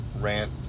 rant